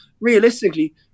realistically